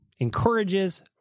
encourages